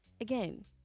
again